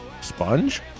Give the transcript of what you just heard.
Sponge